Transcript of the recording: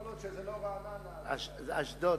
כל עוד זה לא רעננה, אתה יכול.